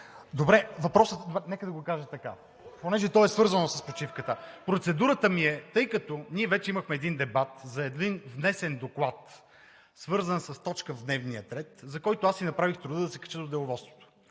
Добре. Въпросът – нека да го кажа така, е свързан с почивката. Процедурата ми е, тъй като ние вече имахме дебат за един внесен доклад, свързан с точка в дневния ред, за който си направих труда да се кача до Деловодството.